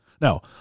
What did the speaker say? Now